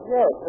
Yes